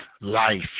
life